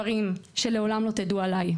שגבתה עדויות, היו ראיות: